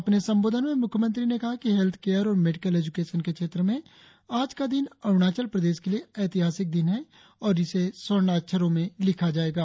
अपने संबोधन में मुख्यमंत्री ने कहा कि हेल्थकेयर और मेडिकल एज्रकेशन के क्षेत्र में आज का दिन अरुणाचल प्रदेश के लिए ऎतिहासिक दिन है और इसे स्वर्णाक्षरों में लिखा जाएगा